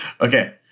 Okay